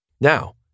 Now